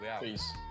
Peace